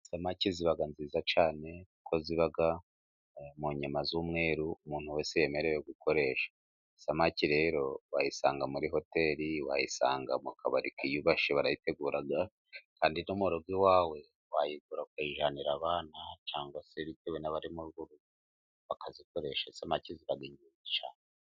Isamake ziba nziza cyane kuko ziba mu nyama z'umweru, umuntu wese yemerewe gukoresha, isamake rero wayisanga muri hoteli wayisanga mu kabari kiyubashye barayitegura, kandi no mu rogo iwawe wayigura ukajyanira abana cyangwa se bitewe n'abari mu rugo bakazikoresha isamake ziba ingenzi cyane.